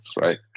right